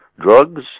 drugs